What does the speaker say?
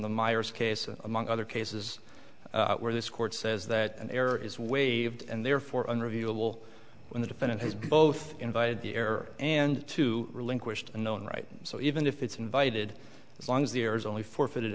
case among other cases where this court says that an error is waived and therefore unreviewable when the defendant has both invited the error and to relinquish the known right so even if it's invited as long as there's only forfeited